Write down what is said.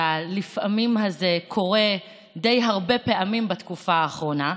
והלפעמים הזה קורה די הרבה פעמים בתקופה האחרונה,